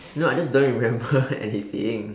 no I just don't remember anything